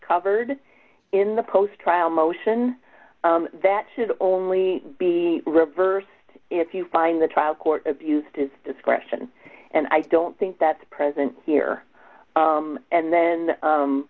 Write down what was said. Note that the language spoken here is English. covered in the post trial motion that should only be reversed if you find the trial court abused its discretion and i don't think that's present here and then